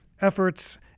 efforts